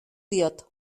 diot